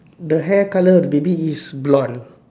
the hair color the baby is blond